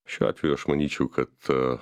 šiuo atveju aš manyčiau kad